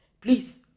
please